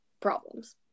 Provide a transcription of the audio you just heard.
problems